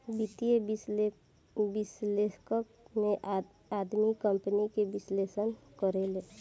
वित्तीय विश्लेषक में आदमी कंपनी के विश्लेषण करेले